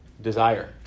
Desire